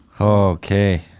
Okay